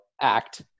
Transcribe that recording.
act